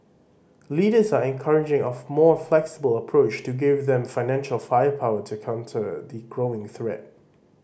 leaders are encouraging a more flexible approach to give them financial firepower to counter the growing threat